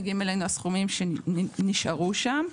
מגיעים אלינו הסכומים שנשארו שם,